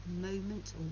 moment